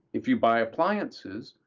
if you buy appliances,